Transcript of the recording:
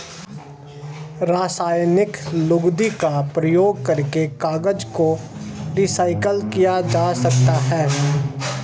रासायनिक लुगदी का प्रयोग करके कागज को रीसाइकल किया जा सकता है